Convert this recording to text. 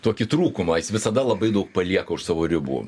tokį trūkumą jis visada labai daug palieka už savo ribų